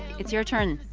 it's your turn.